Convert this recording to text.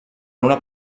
una